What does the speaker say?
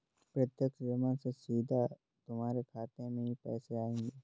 प्रत्यक्ष जमा से सीधा तुम्हारे खाते में ही पैसे आएंगे